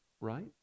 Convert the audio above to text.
Right